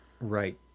Right